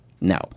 No